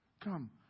come